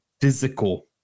physical